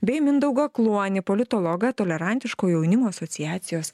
bei mindaugą kluonį politologą tolerantiško jaunimo asociacijos